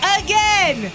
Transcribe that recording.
again